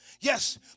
yes